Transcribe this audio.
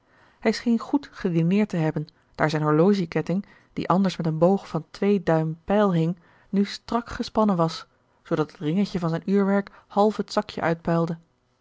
hij scheen goed gedineerd te hebben daar zijn horologieketting die anders met een boog van twee duim pijl hing nu strak gespannen was zoodat het ringetje van zijn uurwerk half het zakje